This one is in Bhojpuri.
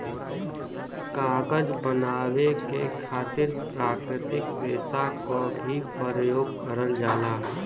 कागज बनावे के खातिर प्राकृतिक रेसा क भी परयोग करल जाला